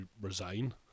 resign